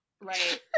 Right